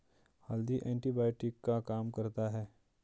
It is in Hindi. हल्दी एंटीबायोटिक का काम करता है